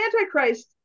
antichrist